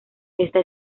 esta